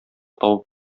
табып